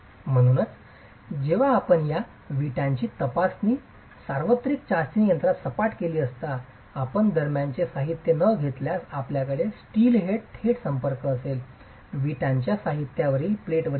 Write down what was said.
म्हणूनच जेव्हा आपण या वीटांची तपासणी सार्वत्रिक चाचणी यंत्रात सपाट केली असता आपण दरम्यानचे साहित्य न घेतल्यास आपल्याकडे स्टीलहेडचा थेट संपर्क असेल विटांच्या साहित्यावरील प्लेटवरील हेड